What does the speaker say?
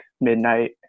midnight